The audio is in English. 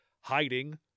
hiding